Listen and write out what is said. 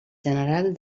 general